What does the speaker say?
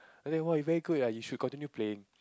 and then !wah! you very good you should continue playing